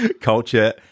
Culture